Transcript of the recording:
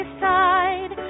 side